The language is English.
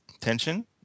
tension